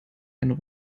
einen